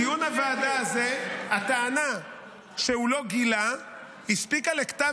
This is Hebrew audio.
בדיון הוועדה הזה הטענה שהוא לא גילה הספיקה לכתב